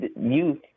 youth